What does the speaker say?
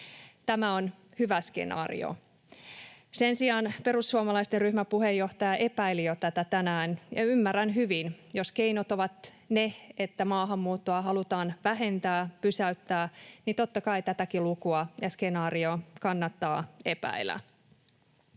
Tämä on hyvä skenaario. Sen sijaan perussuomalaisten ryhmäpuheenjohtaja epäili jo tätä tänään, ja ymmärrän hyvin — jos keinot ovat ne, että maahanmuuttoa halutaan vähentää, pysäyttää, niin totta kai tätäkin lukua ja skenaariota kannattaa epäillä.